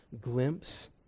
glimpse